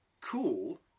cool